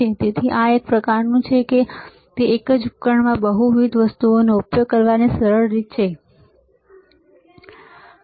તેથી તે એક પ્રકારનું છે કે તે એક જ ઉપકરણમાં બહુવિધ વસ્તુઓનો ઉપયોગ કરવાની સરળ રીત છે ખરું